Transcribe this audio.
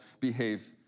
behave